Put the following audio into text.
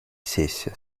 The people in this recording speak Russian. сессия